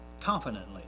confidently